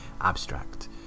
abstract